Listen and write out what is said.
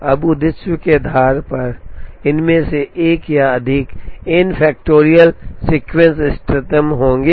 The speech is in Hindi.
अब उद्देश्य के आधार पर इनमें से एक या अधिक एन फैक्टोरियल सीक्वेंस इष्टतम होंगे